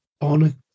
on